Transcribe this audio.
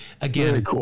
again